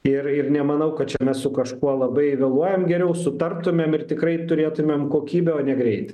ir ir nemanau kad čia mes su kažkuo labai vėluojam geriau sutartumėm ir tikrai turėtumėm kokybę o ne greitį